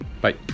Bye